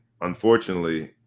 unfortunately